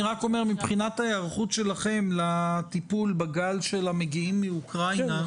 אני רק אומר מבחינת ההיערכות שלכם לטיפול בגל של המגיעים מאוקראינה,